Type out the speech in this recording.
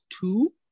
Two